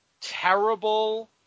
terrible